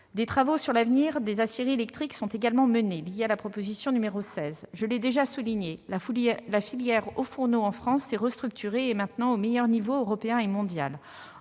Des travaux sur l'avenir des aciéries électriques sont menés ; cette question est liée à la proposition n° 16. Je l'ai déjà souligné, la filière des hauts-fourneaux en France s'est restructurée et elle est maintenant au meilleur niveau européen et mondial.